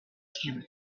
camel